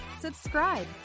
subscribe